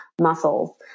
muscles